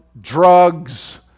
drugs